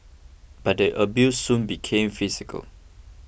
but the abuse soon became physical